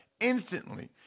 instantly